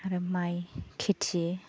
आरो माइ खेथि